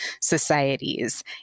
societies